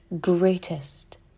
greatest